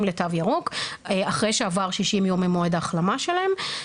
לתו ירוק אחרי שעברו 60 יום ממועד ההחלמה שלהם,